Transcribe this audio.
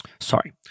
Sorry